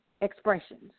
expressions